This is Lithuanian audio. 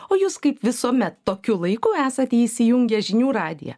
o jūs kaip visuomet tokiu laiku esate įsijungę žinių radiją